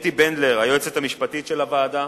אתי בנדלר, היועצת המשפטית של הוועדה,